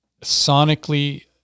sonically